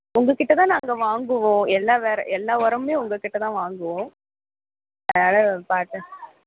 உங்கக்கிட்ட தான் நாங்கள் வாங்குவோம் எல்லாம் வேற எல்லா உரமுமே உங்கக்கிட்ட தான் வாங்குவோம் பார்த்து